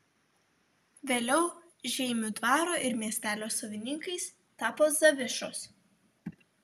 vėliau žeimių dvaro ir miestelio savininkais tapo zavišos